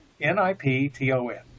N-I-P-T-O-N